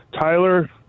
Tyler